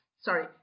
Sorry